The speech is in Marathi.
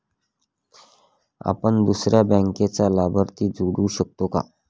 आपण दुसऱ्या बँकेचा लाभार्थी जोडू शकतो का?